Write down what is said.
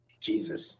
Jesus